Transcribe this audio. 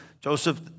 Joseph